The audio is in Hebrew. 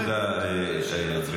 תודה רבה.